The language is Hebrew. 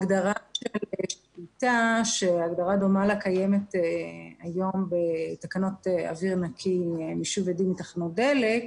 הגדרה דומה לה קיימת היום בתקנות אוויר נקי בתחנות דלק.